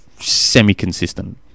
semi-consistent